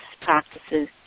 practices